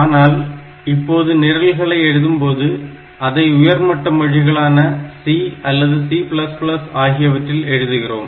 ஆனால் இப்போது நிரல்களை எழுதும்போது அதை உயர்மட்ட மொழிகளான C அல்லது C ஆகியவற்றில் எழுதுகிறோம்